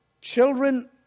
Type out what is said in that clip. Children